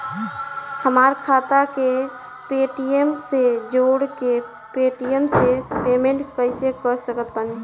हमार खाता के पेटीएम से जोड़ के पेटीएम से पेमेंट कइसे कर सकत बानी?